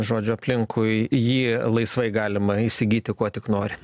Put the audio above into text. žodžiu aplinkui jį laisvai galima įsigyti ko tik nori